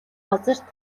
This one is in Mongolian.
газарт